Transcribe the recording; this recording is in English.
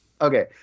Okay